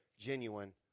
genuine